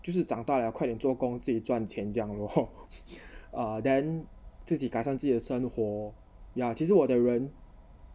就是长大了快点做工自己赚钱这样 lor ah then 自己改善自己的生活 yeah 其实我的人